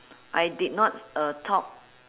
I did not uh talk